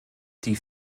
die